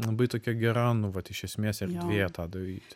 labai tokia gera nu vat iš esmės erdvė tą daryti